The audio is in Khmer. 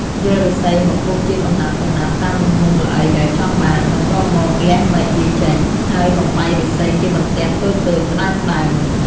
យកឫស្សីមកពុះជាកំណាត់ៗតាមទំហំល្អីដែលចង់បាន បន្ទាប់មក លះមែកវាចេញ ហើយបំបែកឫស្សីជាបន្ទះតូចៗស្ដើងៗ។